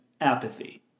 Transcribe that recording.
apathy